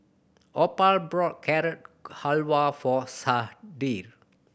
Opal bought Carrot Halwa for Sharde